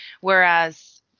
whereas